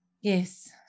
Yes